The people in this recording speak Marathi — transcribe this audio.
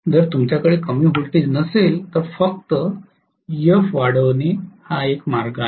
जर तुमच्याकडे कमी व्होल्टेज नसेल तर फक्त ईएफ वाढणे हा आहे